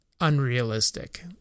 unrealistic